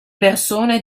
persone